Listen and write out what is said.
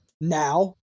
now